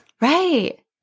Right